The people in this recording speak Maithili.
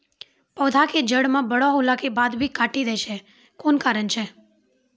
पौधा के जड़ म बड़ो होला के बाद भी काटी दै छै कोन कारण छै?